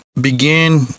begin